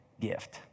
gift